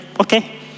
okay